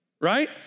right